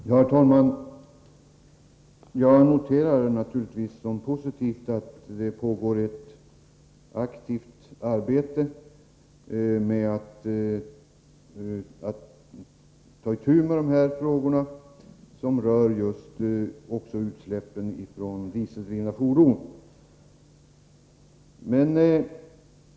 Herr talman! Jag noterar naturligtvis som någonting positivt att det också pågår ett aktivt arbete med problemen med utsläppen från dieseldrivna fordon.